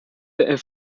der